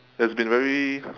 there's been very